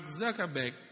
Zuckerberg